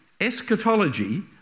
eschatology